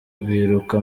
biruka